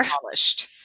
polished